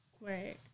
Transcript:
Right